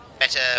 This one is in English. better